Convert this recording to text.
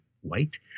white